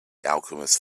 alchemist